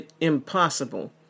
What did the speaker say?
impossible